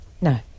No